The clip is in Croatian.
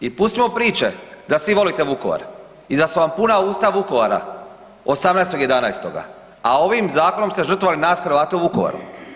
I pustimo priče da svi volite Vukovar i da su vam puna usta Vukovara 18.11., a ovim zakonom ste žrtvovali nas Hrvate u Vukovaru.